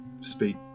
speak